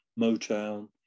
Motown